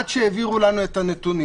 עד שהעבירו לנו את הנתונים.